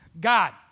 God